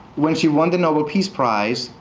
when she won the nobel peace prize,